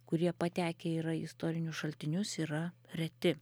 kurie patekę yra į istorinius šaltinius yra reti